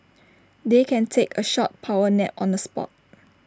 they can take A short power nap on the spot